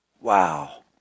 Wow